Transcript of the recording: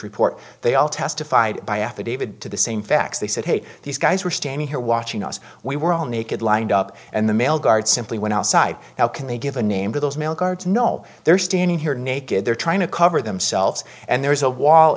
report they all testified by affidavit to the same facts they said hey these guys were standing here watching us we were all naked lined up and the male guards simply went outside how can they give a name to those male guards no they're standing here naked they're trying to cover themselves and there is a wall